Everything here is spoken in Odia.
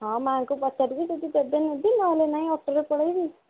ହଁ ମାଆଙ୍କୁ ପଚାରିବି ଯଦି ଦେବେ ନେବି ନହେଲେ ନାହିଁ ଅଟୋରେ ପଳାଇବି